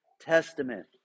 Testament